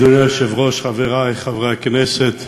אדוני היושב-ראש, חברי חברי הכנסת,